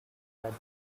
derek